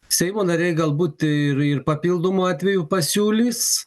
seimo nariai galbūt ir ir papildomų atvejų pasiūlys